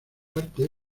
parte